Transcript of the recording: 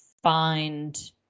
find